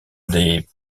des